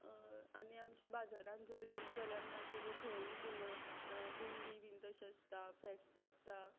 आनी आमचे बाजारांत जर गेले जाल्यार मागीर थंय बीन दिंडी बीन तशी आसता फेस्त आसता